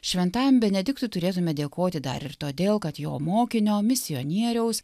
šventajam benediktui turėtume dėkoti dar ir todėl kad jo mokinio misionieriaus